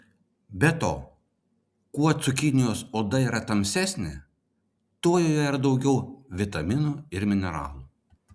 be to kuo cukinijos oda yra tamsesnė tuo joje yra daugiau vitaminų ir mineralų